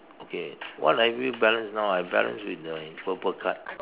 okay what have you balanced now I balance with the purple card